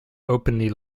openly